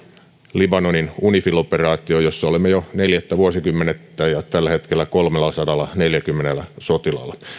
libanonin unifil operaatioon jossa olemme jo neljättä vuosikymmentä ja tällä hetkellä kolmellasadallaneljälläkymmenellä sotilaalla